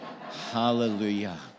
Hallelujah